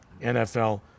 nfl